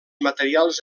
materials